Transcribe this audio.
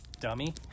dummy